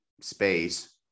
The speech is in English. space